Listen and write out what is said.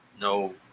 no